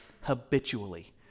habitually